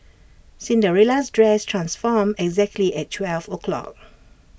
Cinderella's dress transformed exactly at twelve o' clock